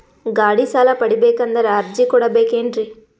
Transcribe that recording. ಗಾಡಿ ಸಾಲ ಪಡಿಬೇಕಂದರ ಅರ್ಜಿ ಕೊಡಬೇಕೆನ್ರಿ?